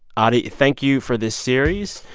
audie, thank you for this series,